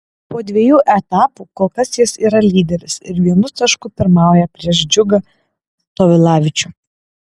po dviejų etapų kol kas jis yra lyderis ir vienu tašku pirmauja prieš džiugą tovilavičių